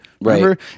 Right